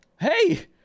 Hey